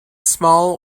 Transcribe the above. small